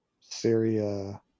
Syria